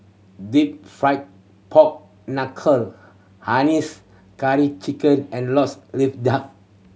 Deep Fried Pork Knuckle hainanese chicken and Lotus Leaf Duck